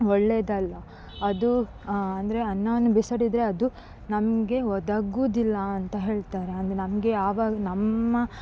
ಒಳ್ಳೆಯದಲ್ಲ ಅದು ಅಂದರೆ ಅನ್ನವನ್ನು ಬಿಸಾಡಿದರೆ ಅದು ನಮಗೆ ಒದಗುವುದಿಲ್ಲಾಂತ ಹೇಳ್ತಾರೆ ಅಂದರೆ ನಮಗೆ ಯಾವಾಗ ನಮ್ಮ